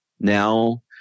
now